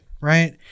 Right